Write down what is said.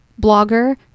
blogger